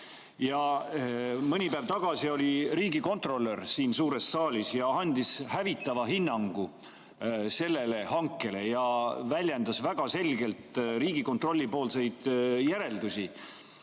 Mõni päev tagasi oli riigikontrolör siin suures saalis ja andis hävitava hinnangu sellele hankele ja väljendas väga selgelt Riigikontrolli järeldusi.